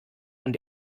und